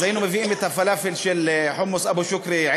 אז היינו מביאים את הפלאפל של "חומוס אבו-שוקרי",